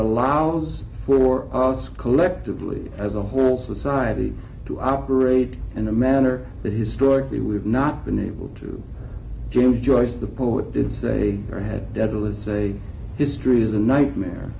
allows for us collectively as a whole society to operate in a manner that historically we have not been able to james joyce the poet did say or had daedalus a history is a nightmare